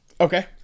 okay